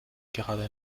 gerade